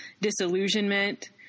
disillusionment